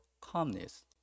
calmness